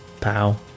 pow